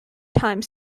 time